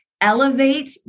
elevate